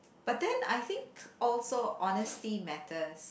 but then I think also honestly matters